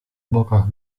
bokach